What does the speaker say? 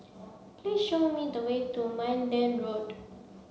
please show me the way to Minden Road